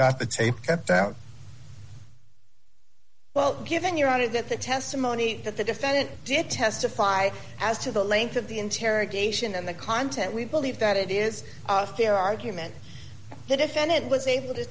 got the tape kept out well given your honor that the testimony that the defendant did testify as to the length of the interrogation and the content we believe that it is a fair argument the defendant was able to